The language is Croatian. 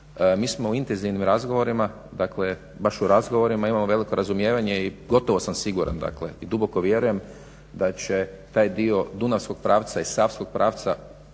Mi smo u intenzivnim razgovorima dakle baš u razgovorima i imamo veliko razumijevanje i gotovo sam siguran i duboko vjerujem da će taj dio dunavskog pravca i savskog pravca